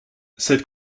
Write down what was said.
cette